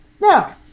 Now